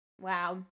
Wow